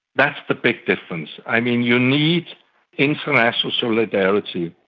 that's the big difference. i mean, you need international solidarity,